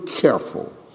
careful